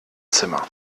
zimmer